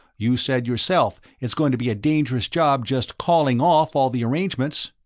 you said yourself, it's going to be a dangerous job just calling off all the arrangements.